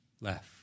left